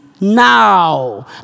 now